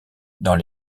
dans